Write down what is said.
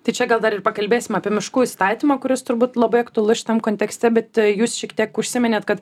tai čia gal dar ir pakalbėsime apie miškų įstatymą kuris turbūt labai aktualu šitam kontekste bet jūs šiek tiek užsiminėt kad